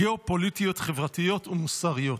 גיאו-פוליטיות, חברתיות ומוסריות.